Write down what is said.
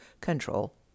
control